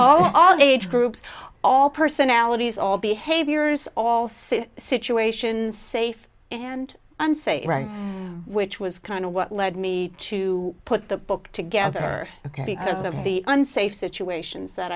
all age groups all personalities all behaviors all so situation safe and unsafe which was kind of what led me to put the book together ok because of the unsafe situations that